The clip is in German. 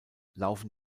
laufen